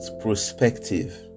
prospective